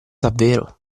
davvero